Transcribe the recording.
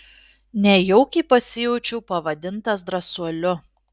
nejaukiai pasijaučiau pavadintas drąsuoliu